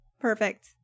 perfect